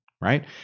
right